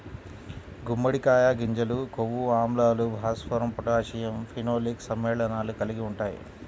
గుమ్మడికాయ గింజలు కొవ్వు ఆమ్లాలు, భాస్వరం, పొటాషియం, ఫినోలిక్ సమ్మేళనాలు కలిగి ఉంటాయి